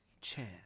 Chance